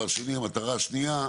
המטרה השנייה,